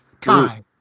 time